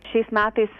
šiais metais